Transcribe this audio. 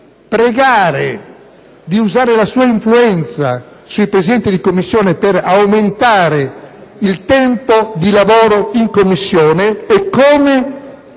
Senato di usare la sua influenza sui Presidenti di Commissione per aumentare il tempo di lavoro in quella sede e come